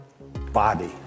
body